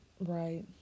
Right